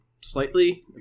slightly